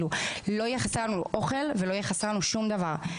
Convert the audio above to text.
לא יחסר לנו אוכל ולא יחסר לנו שום דבר.